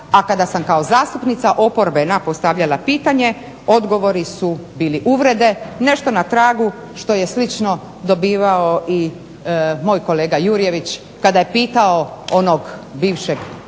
a kada sam zastupnica oporbe postavljala pitanje odgovori su bili uvrede, nešto na tragu što je slično dobivao i moj kolega Jurjević kada je pitao onog bivšeg